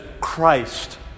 Christ